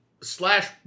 Slash